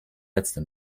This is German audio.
letzte